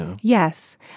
Yes